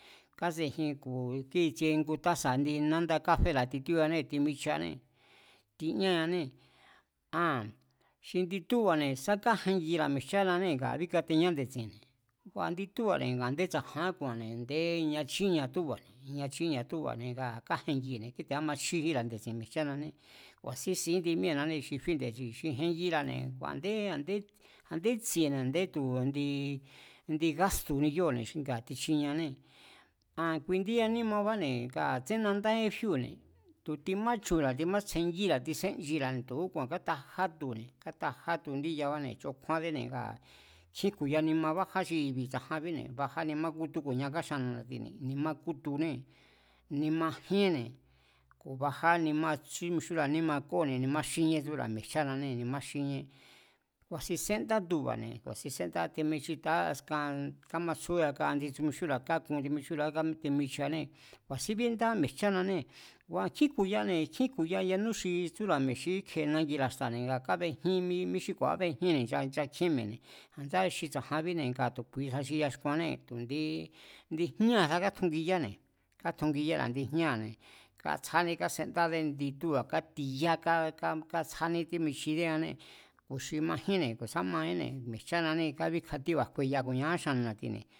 Kásejin ku̱ kíi̱tsie ngu tasa̱ indi nanda káféra̱ titíóanée̱, timichianée̱ tiñáanée̱. Aa̱n xi indi túba̱ne̱, sá kájengira̱ mi̱e̱jchánanée̱ ngaa̱ bíkateñá nde̱tsínne̱, ngua̱ indi túba̱ne̱ a̱ndé tsa̱jaán ku̱a̱nne̱ a̱ndé ña chíniea túba̱ne̱, ña chíniea tu̱ba̱ne̱ ngaa̱ kájengine̱ kíte̱ kámachjíjínra̱ nde̱tsín mi̱e̱jchanané. Ku̱a̱sín sín índi míée̱nane xí fí nde-tsí, xi jengira̱ne̱ ngu a̱ndé, a̱nde tsi̱e̱ne̱, a̱ndé tu̱ indi gástu̱ni kíóo̱ne̱ ngaa̱ tichinieanée̱. Aa̱n kui indí ya nímabáne̱ ngaa̱ tsen nandájín fíóo̱ne̱ tu̱ tomachunra̱ timátsjengíra̱ tisenchira̱ tu̱úku̱a̱n kátajá tune̱, kátajá tu indí yabáne̱, chokjúándéne̱ ngaa̱ nkjín jku̱ya nima bájá xi i̱bi̱ tsa̱janbíne̱, bajá nimá kútú ku̱nia kaxannu̱ na̱tine̱, nimá kútunée̱ nima jíénne̱ ku̱ bajá nima xí mixúnra̱a níma kóne̱ nimá xíníé tsúra̱ mi̱e̱jchánané xi nimá xíníé, ku̱a̱sín sendá tuba̱ne̱ ku̱a̱sín séndá, timichitaá askan kámatsjú yaka xi mixúnra̱a kákun xi mixúnra̱a, timichianée̱. Ku̱a̱sín benda mi̱e̱jchánanée̱, ngua̱ nkjín jku̱yane̱, nkjín jku̱ya yanú xi tsúra̱ mi̱e̱ xi íkje̱e nángira̱ xta̱ne̱ nga kabejín mí xí ku̱a̱ábejínne̱ nchakjíén mi̱e̱ne̱, a̱ndáa̱ xi tsa̱janbíne̱ ngaa̱ tu̱ kuisa xi yaxkuannée̱ tu̱ ndí jñáa̱sa kásendáne̱, katjungiyára̱ indi jñáa̱ne̱, tsjádé kásendá indi tu̱ba̱, katiyá ka tsjáde tímichideanée̱, ku̱ xi majínne̱ ku̱ sá majínne̱, mi̱e̱jchánanée̱ kábíkja tíba̱ jkueya ku̱nia kaxannu̱ na̱tine̱